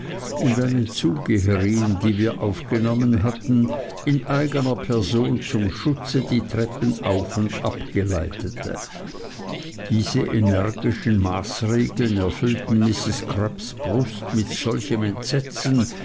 und eine zugeherin die wir aufgenommen hatten in eigner person zum schutze die treppen auf und ab geleitete diese energischen maßregeln erfüllten mrs crupps brust mit solchem entsetzen